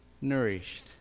nourished